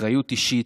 אחריות אישית,